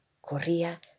corría